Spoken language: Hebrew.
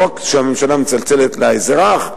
לא רק כשהממשלה מצלצלת לאזרח,